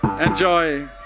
enjoy